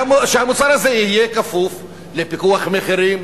שהמוצר הזה יהיה כפוף לפיקוח מחירים.